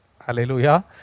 Hallelujah